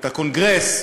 את הקונגרס,